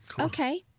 Okay